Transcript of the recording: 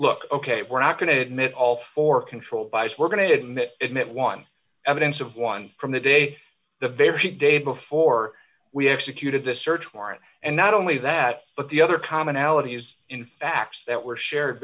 look ok we're not going to admit all for d control by as we're going to admit it one evidence of one from the day the very day before we executed a search warrant and not only that but the other commonalities in facts that were shared